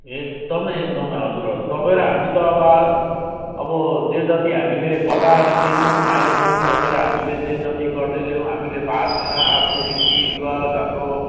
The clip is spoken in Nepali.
एकदमै एकदमै हजुर हजुर तपाईँ र हामी त अब आ अब जे जति हामीले बचाएर ल्यायौँ अहिलेसम्म तपाईँ र हामीले जे जति गर्दै ल्यायौँ हामीले भाषा आफ्नो रीतिरिवाज हाम्रो